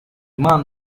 man